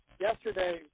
Yesterday